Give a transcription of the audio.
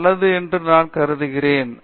நிர்மலா இது நல்லது என்று நான் கருதுகிறேன்